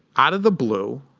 out of the blue,